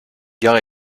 gare